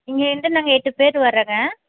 இங்கிருந்து நாங்கள் எட்டு பேர் வரேங்க